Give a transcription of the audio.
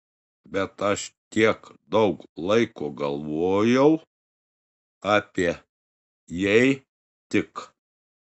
bet aš tiek daug laiko galvojau apie jei tik